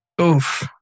Oof